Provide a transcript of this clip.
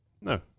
No